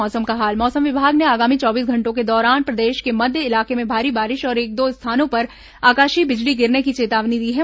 मौसम मौसम विभाग ने आगामी चौबीस घंटों के दौरान प्रदेश के मध्य इलाके में भारी बारिश और एक दो स्थानों पर आकाशीय बिजली गिरने की चेतावनी दी गई है